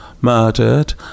murdered